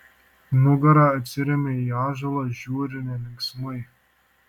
nugara atsiremia į ąžuolą žiūri nelinksmai